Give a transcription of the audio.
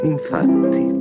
Infatti